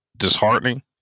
Disheartening